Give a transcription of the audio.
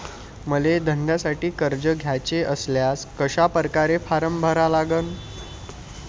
मले धंद्यासाठी कर्ज घ्याचे असल्यास कशा परकारे फारम भरा लागन?